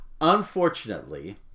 Unfortunately